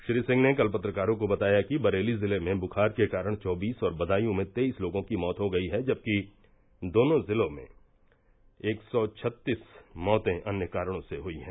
श्री सिंह ने कल पत्रकारों को बताया कि बरेली जिले में बुखार के कारण चौबीस और बदायू में तेईस लोगों की मौत हो गई है जबकि दोनों जिलों में एक सौ छत्तीस मौतें अन्य कारणों से हुई हैं